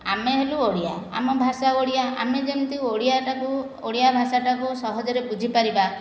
ଆମେ ହେଲୁ ଓଡ଼ିଆ ଆମ ଭାଷା ଓଡ଼ିଆ ଆମେ ଯେମତି ଓଡ଼ିଆଟାକୁ ଓଡ଼ିଆ ଭାଷାଟାକୁ ସହଜରେ ବୁଝି ପାରିବା